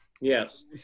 Yes